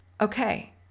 okay